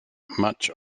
much